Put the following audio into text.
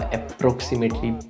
approximately